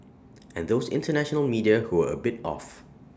and those International media who were A bit off